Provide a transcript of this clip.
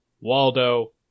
Waldo